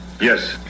Yes